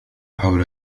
حول